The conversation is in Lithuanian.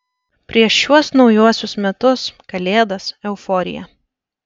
prieš šiuos naujuosius metus kalėdas euforija